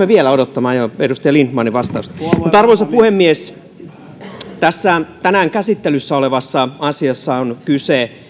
vielä odottamaan edustaja lindtmanin vastausta arvoisa puhemies tässä tänään käsittelyssä olevassa asiassa on kyse